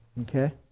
Okay